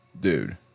Dude